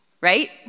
right